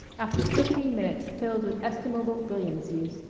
after fifteen minutes filled with estimable brilliancies,